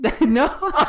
No